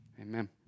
Amen